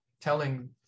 telling